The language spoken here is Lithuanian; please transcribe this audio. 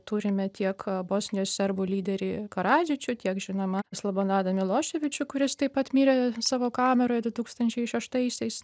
turime tiek bosnijos serbų lyderį karadžičių tiek žinoma slobonadą miloševičių kuris taip pat mirė savo kameroje du tūkstančiai šeštaisiais